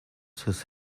his